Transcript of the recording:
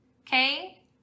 Okay